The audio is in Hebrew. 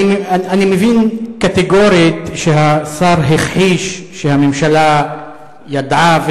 אני מבין קטגורית שהשר הכחיש שהממשלה ידעה,